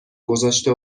گذاشته